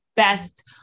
best